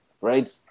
right